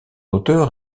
auteur